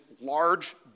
large